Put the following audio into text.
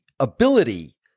ability